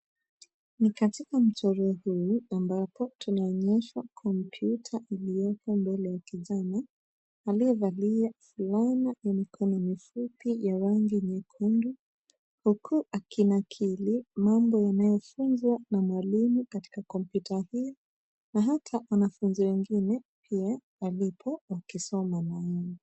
Ni katika mchoro huu ambapo tunaonyeshwa kompyuta iliyoko mbele ya kijana aliyevalia fulana ya mikono mifupi ya rangi nyekundu, huku akinakili mambo yanayofunzwa na mwalimu katika kompyuta hii na hata wanafunzi wengine pia walipo wakisoma na yeye.